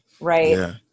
right